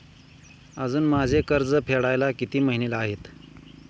अजुन माझे कर्ज फेडायला किती महिने आहेत?